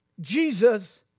Jesus